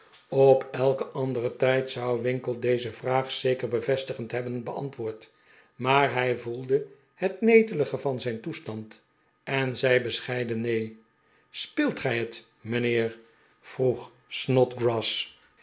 op elken anderen tijd zou winkle deze vraag zeker bevestigend hebben beantwoord maar hij voelde het netelige van zijn toestand en zei bescheiden neen v speelt gij het mijnheer vroeg